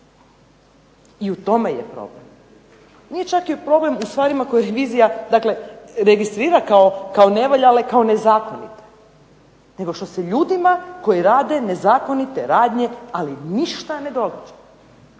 I u tome je problem. Nije čak problem u stvarima koje revizija dakle registrira kao nevaljale, kao nezakonite nego što se ljudima koji rade nezakonite radnje ali ništa ne događa.